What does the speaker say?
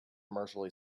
commercially